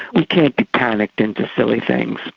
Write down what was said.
we can't be panicked into silly things.